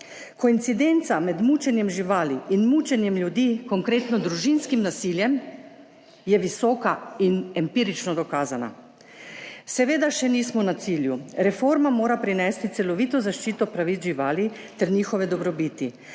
Koincidenca med mučenjem živali in mučenjem ljudi, konkretno družinskim nasiljem, je visoka in empirično dokazana. Seveda še nismo na cilju. Reforma mora prinesti celovito zaščito pravic živali ter njihove dobrobiti.